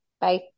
Bye